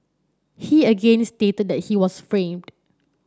he again stated that he was framed